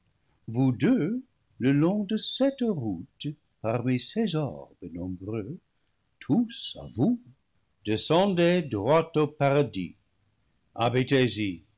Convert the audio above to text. vous deux le long de cette route parmi ces orbes nombreux tous à vous descendez droit au paradis